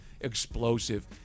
explosive